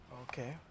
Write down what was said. Okay